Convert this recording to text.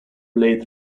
blade